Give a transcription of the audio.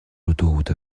l’autoroute